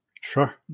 Sure